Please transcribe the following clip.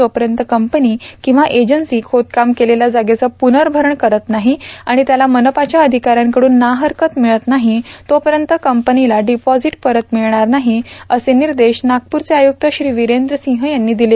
जोपर्यत company किंवा agency खोदकाम केलेल्या जागेचं पुनर्भरण करीत नाही आणि त्याला मनपाच्या अधिकाऱ्यांकडून नाहरकत मिळत नाही तोपर्यंत कंपनीला डिपॉझिट परत मिळणार नाही असे निर्देश नागपूरचे आय्रक्त श्री वीरेंद्र सिंह यांनी दिले